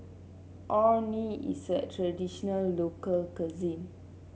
Orh Nee is a traditional local cuisine